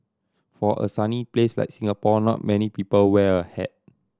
for a sunny place like Singapore not many people wear a hat